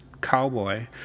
cowboy